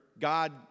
God